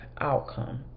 outcome